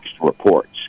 reports